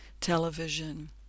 television